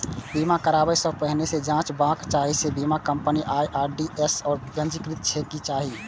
बीमा कराबै सं पहिने ई जांचबाक चाही जे बीमा कंपनी आई.आर.डी.ए सं पंजीकृत छैक की नहि